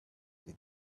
they